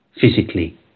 physically